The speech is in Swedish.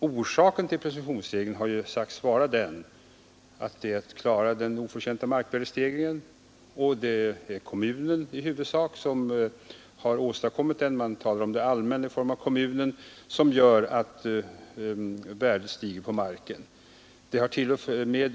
Avsikten med presumtionsregeln har ju sagts vara att man skall komma till rätta med den oförtjänta markvärdesstegringen, och det är huvudsakligen kommunerna som har åstadkommit att värdet på marken stiger. Man talar om det allmänna, men man menar kommunen.